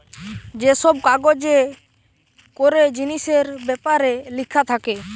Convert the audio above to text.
যে সব কাগজে করে জিনিসের বেপারে লিখা থাকে